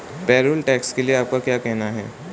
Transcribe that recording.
Payroll tax के लिए आपका क्या कहना है?